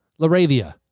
LaRavia